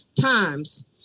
times